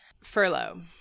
Furlough